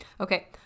Okay